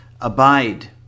abide